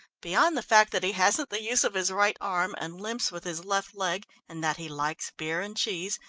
beyond the fact that he hasn't the use of his right arm, and limps with his left leg, and that he likes beer and cheese,